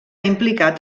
implicat